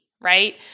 right